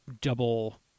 double